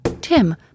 Tim